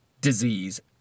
disease